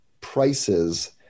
prices